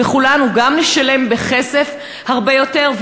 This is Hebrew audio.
וכולנו גם נשלם בהרבה יותר כסף,